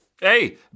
Hey